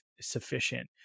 sufficient